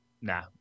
Nah